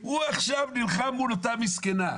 הוא עכשיו נלחם מול אותה מסכנה.